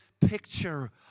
picture